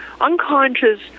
unconscious